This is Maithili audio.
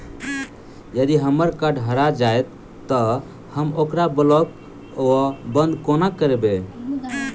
यदि हम्मर कार्ड हरा जाइत तऽ हम ओकरा ब्लॉक वा बंद कोना करेबै?